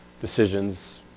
decisions